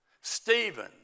Stephen